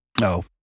No